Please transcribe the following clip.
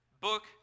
book